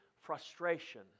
frustration